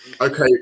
Okay